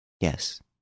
Yes